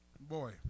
Boy